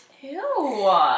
Ew